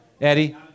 Eddie